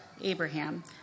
Abraham